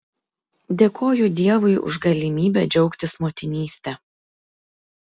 dėkoju dievui už galimybę džiaugtis motinyste